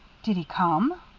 did he come?